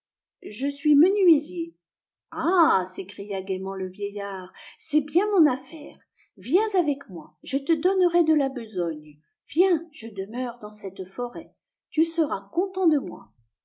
je suis menuisier ah s'écria gaiement le vieillard c'est bien mon affaire viens avec moi je te donnerai de la besogne viens je demeure dans cette forêt tu seras content de moi